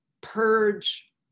purge